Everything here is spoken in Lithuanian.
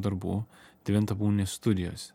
darbų devintą būni studijose